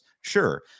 sure